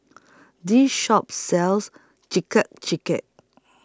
This Shop sells